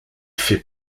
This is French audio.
fait